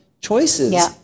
choices